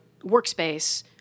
workspace